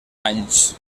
anys